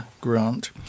grant